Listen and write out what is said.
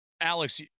Alex